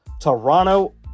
Toronto